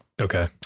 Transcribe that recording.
Okay